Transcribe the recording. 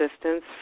assistance